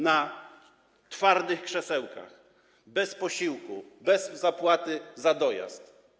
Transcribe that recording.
Na twardych krzesełkach, bez posiłku, bez zapłaty za dojazd.